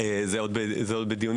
זה עוד בדיונים.